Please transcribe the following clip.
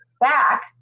back